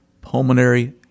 pulmonary